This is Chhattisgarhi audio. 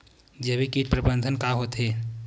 जैविक कीट प्रबंधन का होथे?